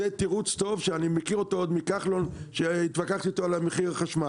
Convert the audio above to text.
זה תירוץ טוב שאני מכיר אותו עוד מכחלון שהתווכחתי אתו על מחיר החשמל,